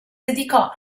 dedicò